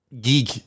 geek